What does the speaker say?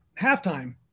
halftime